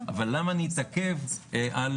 אבל למה להתעכב על